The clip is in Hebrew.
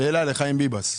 שאלה לחיים ביבס,